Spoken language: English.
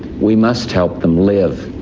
we must help them live.